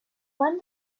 went